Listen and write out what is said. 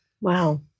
wow